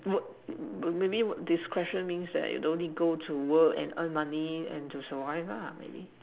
work but maybe this question means that you don't have to work to earn money and to survive lah maybe